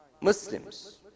Muslims